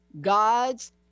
gods